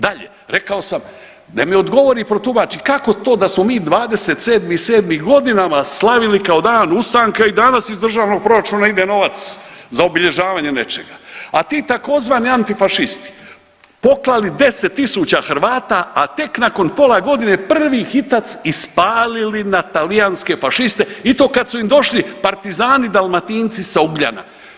Dalje, rekao sam da mi odgovori i protumači kak to da smo mi 27.7. godinama slavili kao Dan ustanka i danas iz državnog proračuna ide novac za obilježavanje nečega, a ti tzv. antifašisti poklali 10 000 Hrvata, a tek nakon pola godine prvi hitac ispalili na talijanske fašiste i to kad su im došli partizani Dalmatinci sa Ugljana.